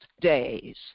days